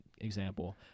example